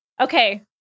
Okay